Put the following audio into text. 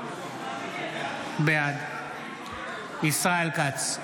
בעד ישראל כץ,